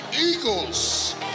eagles